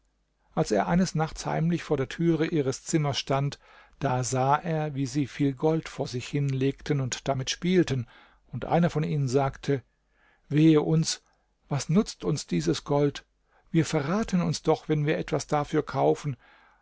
als er eines nachts heimlich vor der türe ihres zimmers stand da sah er wie sie viel gold vor sich hinlegten damit spielten und einer von ihnen sagte wehe uns was nutzt uns dieses gold wir verraten uns doch wenn wir etwas dafür kaufen